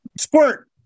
Squirt